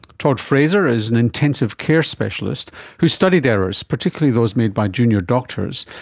todd fraser is an intensive care specialist who studied errors, particularly those made by junior doctors,